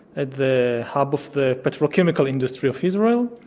at the hub of the petrochemical industry of israel.